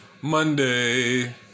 Monday